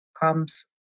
comes